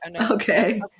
Okay